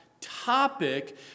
topic